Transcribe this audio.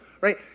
right